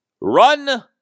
Run